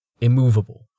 immovable